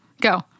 Go